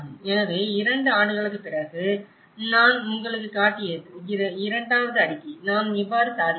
எனவே 2 ஆண்டுகளுக்குப் பிறகு நான் உங்களுக்குக் காட்டிய இரண்டாவது அறிக்கை நாம் இவ்வாறு சாதித்தோம்